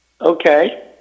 Okay